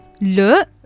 Le